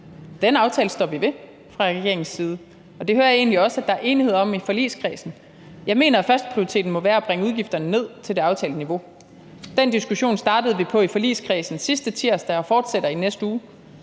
Den aftale står vi ved fra regeringens side, og det hører jeg egentlig også at der er enighed om i forligskredsen. Jeg mener, at førsteprioriteten må være at bringe udgifterne ned til det aftalte niveau. Den diskussion startede vi på i forligskredsen sidste tirsdag og fortsætter med i næste uge.